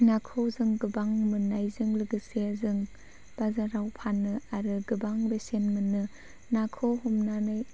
नाखौ जों गोबां मोननायजों लोगोसे जों बाजाराव फानो आरो गोबां बेसेन मोनो नाखौ हमनानै